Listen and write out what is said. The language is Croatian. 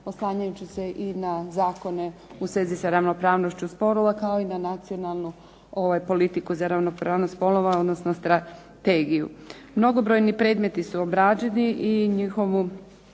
oslanjajući se i na Zakone u svezi sa ravnopravnošću spolova, kao i na nacionalnu politiku za ravnopravnost spolova, odnosno strategiju. Mnogobrojni predmeti su obrađeni i njihovi